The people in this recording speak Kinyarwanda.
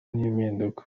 n’impinduka